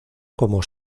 como